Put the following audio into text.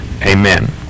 Amen